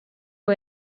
who